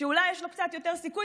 שאולי יש לו קצת יותר סיכוי,